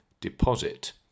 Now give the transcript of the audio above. deposit